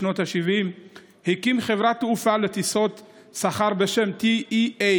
בשנות השבעים הקים חברת תעופה לטיסות שכר בשם TEA,